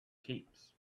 keeps